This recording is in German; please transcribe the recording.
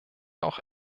auch